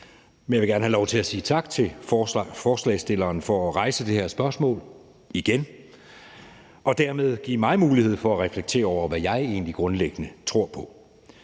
men jeg vil gerne have lov til at sige tak til forslagsstillerne for at rejse det her spørgsmål igen og dermed give mig mulighed for at reflektere over, hvad jeg egentlig grundlæggende tror på.